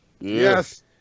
yes